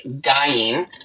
dying